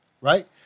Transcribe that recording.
right